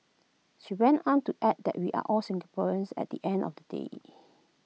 she went on to add that we are all Singaporeans at the end of the day